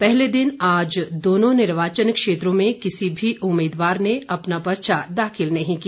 पहले दिन आज दोनों निर्वाचन क्षेत्रों में किसी भी उम्मीदवार ने अपना पर्चा दाखिल नहीं किया